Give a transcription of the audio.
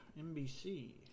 NBC